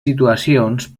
situacions